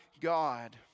God